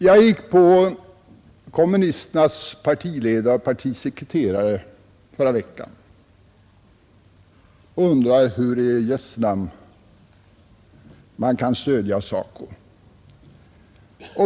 Jag gick på kommunisternas partiledare och partisekreterare i förra veckan och undrade hur de kan stödja SACO.